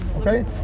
Okay